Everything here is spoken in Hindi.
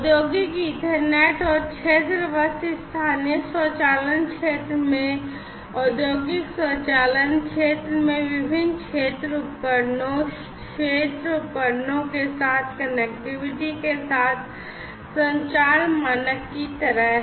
औद्योगिक ईथरनेट और क्षेत्र बस स्थानीय स्वचालन क्षेत्र में औद्योगिक स्वचालन क्षेत्र में विभिन्न क्षेत्र उपकरणों क्षेत्र उपकरणों के साथ कनेक्टिविटी के साथ संचार मानक की तरह हैं